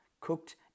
Cooked